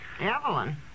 Evelyn